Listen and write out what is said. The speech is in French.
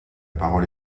parole